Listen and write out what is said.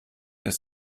ist